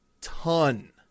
ton